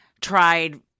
tried